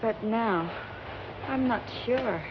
but now i'm not sure